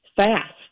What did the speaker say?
fast